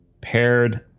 paired